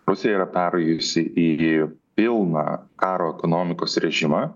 rusija yra perėjusi į į pilną karo ekonomikos režimą